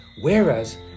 Whereas